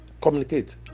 Communicate